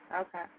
Okay